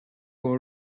will